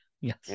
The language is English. Yes